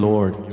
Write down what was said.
Lord